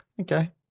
Okay